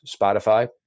Spotify